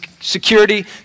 security